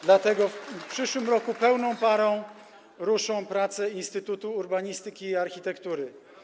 Dlatego w przyszłym roku pełną parą ruszą prace Instytutu Urbanistyki i Architektury.